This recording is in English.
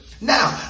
Now